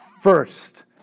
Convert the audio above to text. First